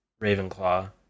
Ravenclaw